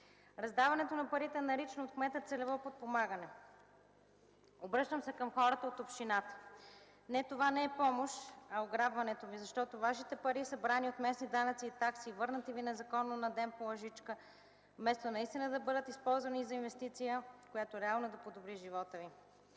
раздаване на пари, наричано от кмета целево подпомагане. Обръщам се към хората от общината: не, това не е помощ, а ограбването Ви, защото Вашите пари са събрани от местни данъци и такси и са Ви връщани незаконно на ден по лъжичка, вместо наистина да бъдат използвани за инвестиция, която реално да подобри живота Ви.